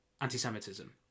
anti-Semitism